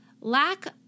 lack